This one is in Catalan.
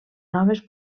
noves